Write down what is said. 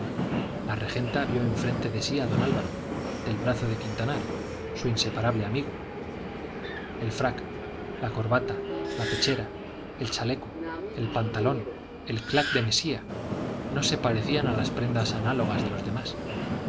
la regenta vio enfrente de sí a don álvaro del brazo de quintanar su inseparable amigo el frac la corbata la pechera el chaleco el pantalón el clac de mesía no se parecían a las prendas análogas de los demás ana